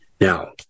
Now